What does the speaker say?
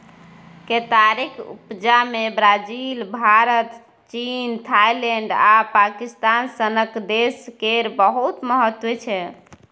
केतारीक उपजा मे ब्राजील, भारत, चीन, थाइलैंड आ पाकिस्तान सनक देश केर बहुत महत्व छै